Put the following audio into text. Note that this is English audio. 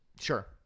Sure